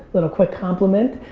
little quick complement.